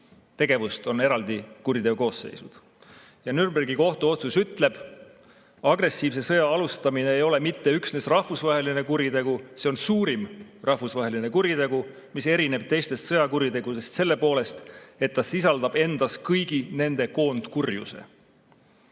tegevust on eraldi kuriteokoosseisud. Nürnbergi kohtuotsus ütleb, et agressiivse sõja alustamine ei ole mitte üksnes rahvusvaheline kuritegu, vaid see on suurim rahvusvaheline kuritegu, mis erineb teistest sõjakuritegudest selle poolest, et ta sisaldab endas kõigi nende koondkurjuse.